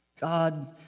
God